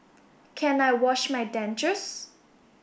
can I wash my dentures